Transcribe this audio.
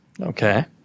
Okay